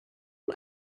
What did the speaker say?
von